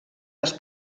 els